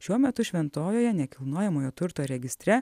šiuo metu šventojoje nekilnojamojo turto registre